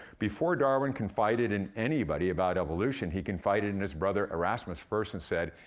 before darwin confided in anybody about evolution, he confided in his brother, erasmus, first, and said,